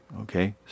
okay